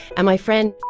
and my friend